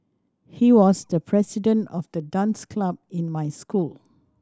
he was the president of the dance club in my school